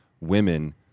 women